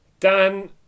Dan